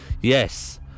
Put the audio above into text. Yes